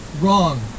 wrong